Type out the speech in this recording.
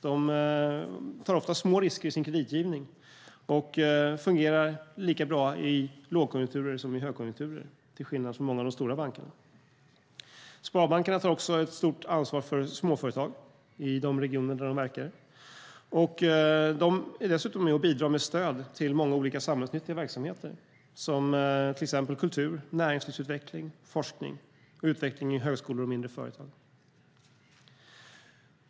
De tar ofta små risker i sin kreditgivning och fungerar lika bra i lågkonjunktur som i högkonjunktur, till skillnad från många av de stora bankerna. Sparbankerna tar också ett stort ansvar för småföretag i de regioner där de verkar. Dessutom är de med och bidrar med stöd till många olika samhällsnyttiga verksamheter, till exempel kultur, näringslivsutveckling, forskning och utveckling i högskolor och mindre företag.